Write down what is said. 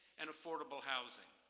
and affordable housing.